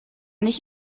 nicht